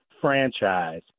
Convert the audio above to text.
franchise